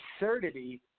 absurdity